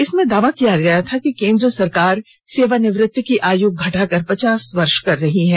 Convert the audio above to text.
इसमें दावा किया गया था कि केन्द्र सरकार सेवानिवृत्ति की आय घटाकर पचास वर्ष कर रही है